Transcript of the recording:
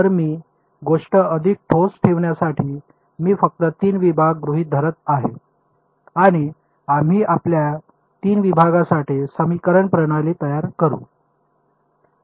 तर मी गोष्टी अधिक ठोस ठेवण्यासाठी मी फक्त 3 विभाग गृहीत धरत आहे आणि आम्ही आपल्या 3 विभागांसाठी समीकरण प्रणाली तयार करू